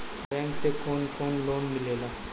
Bank से कौन कौन लोन मिलेला?